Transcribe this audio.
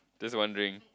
just wondering